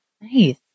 Nice